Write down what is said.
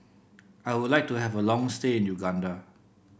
I would like to have a long stay in Uganda